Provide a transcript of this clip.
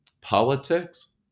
politics